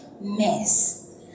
mess